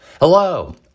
Hello